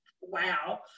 wow